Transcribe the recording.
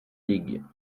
ligues